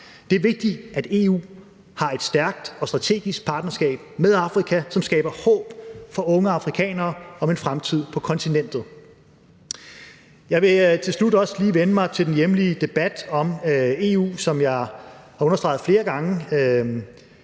Det er vigtigt, at EU har et stærkt og strategisk partnerskab med Afrika, som skaber håb for unge afrikanere om en fremtid på kontinentet. Jeg vil til slut også lige vende mig til den hjemlige debat om EU. Som jeg har understreget flere gange